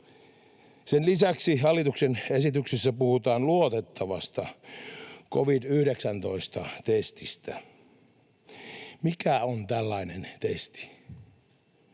Sen lisäksi hallituksen esityksessä puhutaan luotettavasta covid-19-testistä. Mikä on tällainen testi?